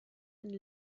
and